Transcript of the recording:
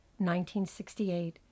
1968